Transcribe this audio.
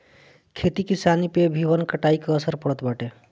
खेती किसानी पअ भी वन कटाई के असर पड़त बाटे